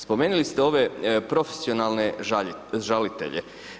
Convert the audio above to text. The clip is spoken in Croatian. Spomenuli ste ove profesionalne žalitelje.